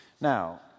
Now